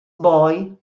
boy